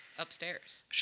upstairs